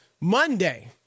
Monday